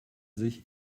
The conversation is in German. sich